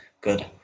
good